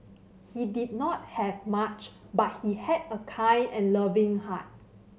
he did not have much but he had a kind and loving heart